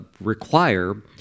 require